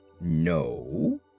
No